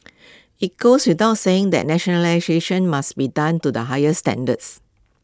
IT goes without saying that nationalisation must be done to the highest standards